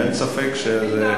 אין ספק שזה,